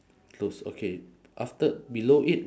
close okay after below it